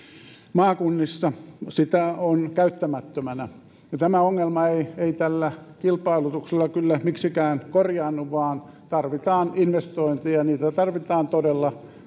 maakunnissa sitä on käyttämättömänä tämä ongelma ei ei tällä kilpailutuksella kyllä miksikään korjaannu vaan tarvitaan investointeja niitä tarvitaan todella